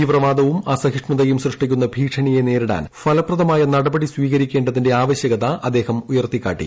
തീവ്രവാദവും അസഹിഷ്ണുതയും സൃഷ്ടിക്കുന്ന ഭീഷണിയെ നേരിടാൻ ഫലപ്രദമായ നടപടി സ്വീകരിക്കേണ്ടതിന്റെ ആവശ്യകത അദ്ദേഹം ഉയർത്തിക്കാട്ടി